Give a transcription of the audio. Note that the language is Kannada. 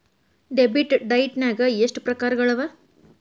ಡೆಬಿಟ್ ಡೈಟ್ನ್ಯಾಗ್ ಎಷ್ಟ್ ಪ್ರಕಾರಗಳವ?